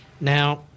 Now